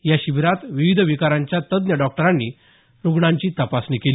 या शिबिरात विविध विकारांच्या तज्ञ डॉक्टरांनी रूग्णांची तपासणी केली